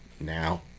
now